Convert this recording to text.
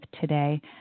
today